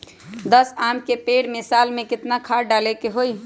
दस आम के पेड़ में साल में केतना खाद्य डाले के होई?